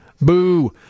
Boo